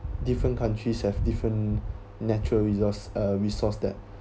different countries have different natural resource uh resource that